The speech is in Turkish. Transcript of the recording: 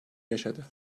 yaşadı